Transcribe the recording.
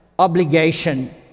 obligation